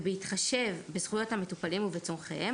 ובהתחשב בזכויות המטופלים ובצורכיהם,